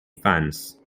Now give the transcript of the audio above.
fans